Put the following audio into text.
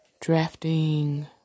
drafting